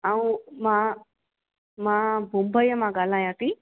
ऐं मां मां मुंबईअ मां ॻाल्हायां थी